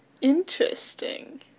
Interesting